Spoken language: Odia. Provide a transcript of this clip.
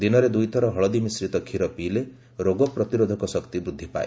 ଦିନରେ ଦୁଇଥର ହଳଦୀ ମିଶ୍ରିତ କ୍ଷୀର ପିଇଲେ ରୋଗ ପ୍ରତିରୋଧକ ଶକ୍ତି ବୃଦ୍ଧି ପାଏ